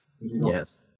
Yes